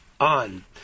on